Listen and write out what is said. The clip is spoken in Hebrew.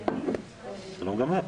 שלום רב,